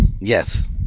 Yes